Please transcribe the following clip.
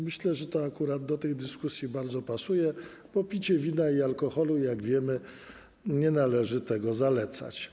Myślę, że to akurat do tej dyskusji bardzo pasuje, bo picia wina i alkoholu, jak wiemy, nie należy zalecać.